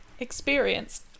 experience